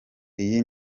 iyi